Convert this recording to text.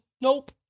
Nope